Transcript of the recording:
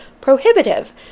prohibitive